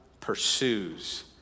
pursues